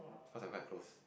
because we are quite closed